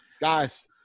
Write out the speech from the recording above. Guys